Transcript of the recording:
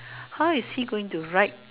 how is he going to write